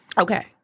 Okay